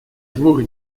двух